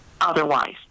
otherwise